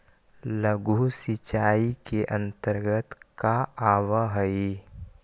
लघु सिंचाई के अंतर्गत का आव हइ?